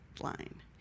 line